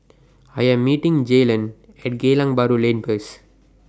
I Am meeting Jaylon At Geylang Bahru Lane First